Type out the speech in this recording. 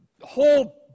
whole